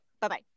Bye-bye